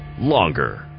longer